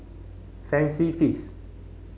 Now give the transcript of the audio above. Fancy Feast